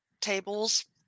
Tables